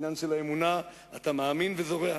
עניין של אמונה, אתה מאמין וזורע.